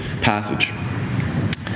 passage